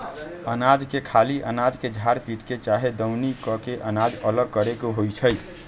अनाज के खाली अनाज के झार पीट के चाहे दउनी क के अनाज अलग करे के होइ छइ